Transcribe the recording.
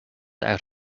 out